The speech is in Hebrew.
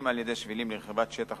בין הקמת שבילים לרכיבת שטח